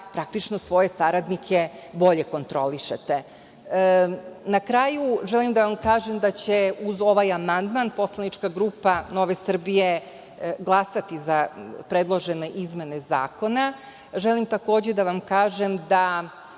praktično svoje saradnike bolje kontrolišete. Na kraju, želim da vam kažem da će uz ovaj amandman poslanička grupa NS glasati za predložene izmene zakona. Želim takođe da vam kažem da